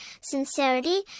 sincerity